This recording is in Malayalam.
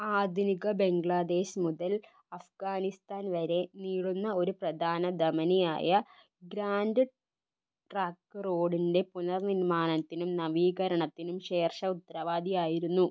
ആധുനിക ബംഗ്ലാദേശ് മുതൽ അഫ്ഗാനിസ്ഥാൻ വരെ നീളുന്ന ഒരു പ്രധാന ധമനിയായ ഗ്രാൻഡ് ട്രക് റോഡിൻ്റെ പുനർ നിർമ്മാണത്തിനും നവീകരണത്തിനും ഷെർഷാ ഉത്തരവാദിയായിരുന്നു